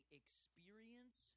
experience